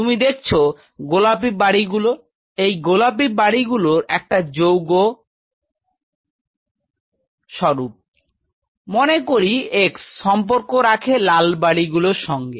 তুমি দেখছ গোলাপি বাড়িগুলো এই গোলাপি বাড়িগুলো একটা যৌগ স্বারা মনে করি x সম্পর্ক রাখে লাল বাড়িগুলোর সঙ্গে